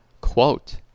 Quote